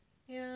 ya